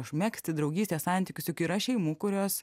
užmegzti draugystės santykius juk yra šeimų kurios